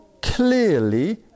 clearly